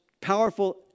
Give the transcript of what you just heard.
powerful